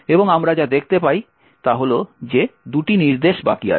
এবং আমরা যা দেখতে পাই তা হল যে 2টি নির্দেশ বাকি আছে